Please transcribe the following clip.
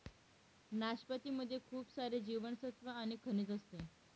नाशपती मध्ये खूप सारे जीवनसत्त्व आणि खनिज असते